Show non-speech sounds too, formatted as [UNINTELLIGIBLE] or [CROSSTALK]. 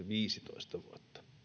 [UNINTELLIGIBLE] viisitoista vuotta